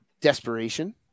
desperation